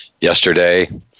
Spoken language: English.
yesterday